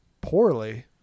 poorly